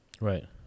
Right